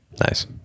nice